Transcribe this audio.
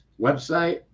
Website